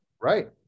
Right